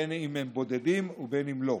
בין שהם בודדים ובין שלא.